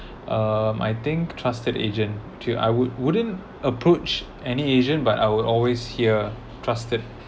um I think trusted agent to I would wouldn't approach any agent but I would always hear trusted